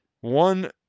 One